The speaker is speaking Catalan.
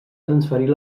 transferir